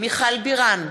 מיכל בירן,